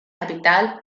capital